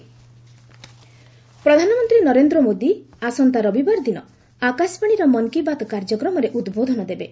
PM Mann ki Baat ପ୍ରଧାନମନ୍ତ୍ରୀ ନରେନ୍ଦ୍ର ମୋଦି ଆସନ୍ତା ରବିବାର ଦିନ ଆକାଶବାଣୀର ମନ୍ କି ବାତ୍ କାର୍ଯ୍ୟକ୍ରମରେ ଉଦ୍ବୋଧନ ଦେବେ